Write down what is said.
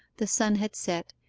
the sun had set,